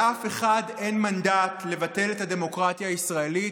לאף אחד אין מנדט לבטל את הדמוקרטיה הישראלית,